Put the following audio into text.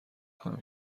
کنم